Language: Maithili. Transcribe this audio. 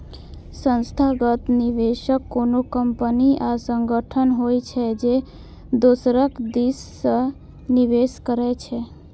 संस्थागत निवेशक कोनो कंपनी या संगठन होइ छै, जे दोसरक दिस सं निवेश करै छै